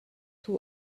two